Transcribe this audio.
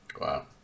Wow